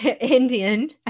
Indian